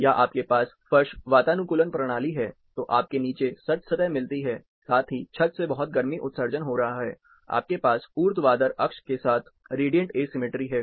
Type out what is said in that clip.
या आपके पास फर्श वातानुकूलन प्रणाली है तो आपको नीचे सर्द सतह मिलती है साथ ही छत से बहुत गर्मी उत्सर्जन हो रहा है आपके पास ऊर्ध्वाधर अक्ष के साथ रेडिएंट एसिमेट्री है